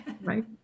right